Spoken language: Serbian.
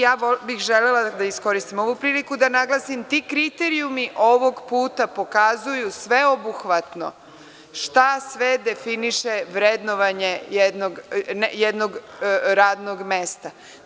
Ja bih želela da iskoristim ovu priliku da naglasim, ti kriterijumi ovog puta pokazuju sveobuhvatno šta sve definiše vrednovanje jednog radnog mesta.